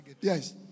Yes